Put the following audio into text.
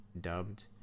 dubbed